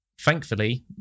thankfully